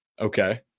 Okay